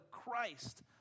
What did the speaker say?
christ